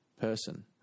person